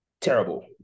terrible